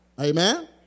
Amen